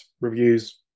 reviews